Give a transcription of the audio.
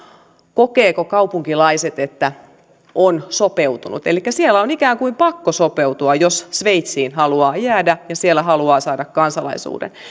kokevatko kaupunkilaiset että on sopeutunut elikkä siellä on ikään kuin pakko sopeutua jos sveitsiin haluaa jäädä ja siellä haluaa saada kansalaisuuden